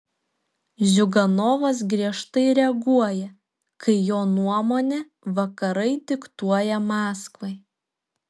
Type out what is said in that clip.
ziuganovas griežtai reaguoja kai jo nuomone vakarai diktuoja maskvai